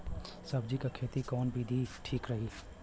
सब्जी क खेती कऊन विधि ठीक रही?